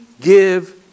give